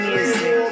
Music